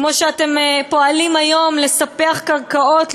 כמו שאתם פועלים היום לספח קרקעות,